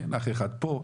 אח אחד פה,